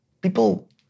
People